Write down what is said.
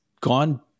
gone